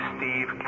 Steve